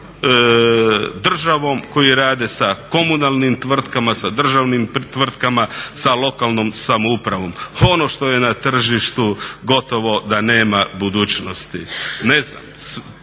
s državom, koji rade sa komunalnim tvrtkama, sa državnim tvrtkama, sa lokalnom samoupravom. Ono što je na tržištu gotovo da nema budućnosti.